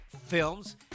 films